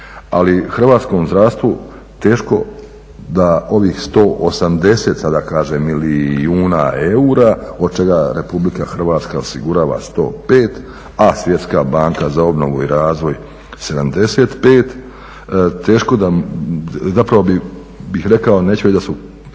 ali hrvatskom zdravstvu teško da ovih 180 sada da kažem milijuna eura od čega RH osigurava 105 a Svjetska banka za obnovu i razvoj 75 teško da, zapravo bih rekao neću reći da je